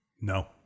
no